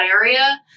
area